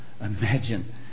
Imagine